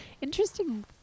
interesting